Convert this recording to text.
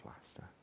plaster